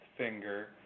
finger